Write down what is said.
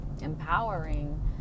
empowering